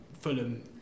Fulham